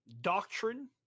doctrine